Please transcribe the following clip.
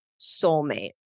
soulmate